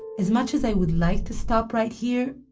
as much as i would like to stop right here,